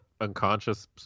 unconscious